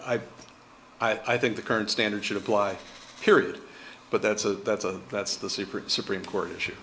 i think the current standard should apply period but that's a that's a that's the secret supreme court issue